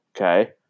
okay